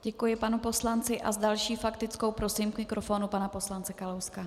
Děkuji panu poslanci a s další faktickou prosím k mikrofonu pana poslance Kalouska.